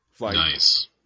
Nice